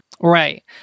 Right